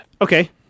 Okay